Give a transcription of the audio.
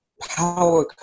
power